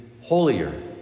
holier